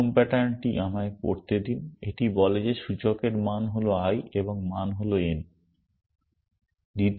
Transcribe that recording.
প্রথম প্যাটার্নটি আমাকে পড়তে দিন এটি বলে যে সূচকের মান হল i এবং মান হল n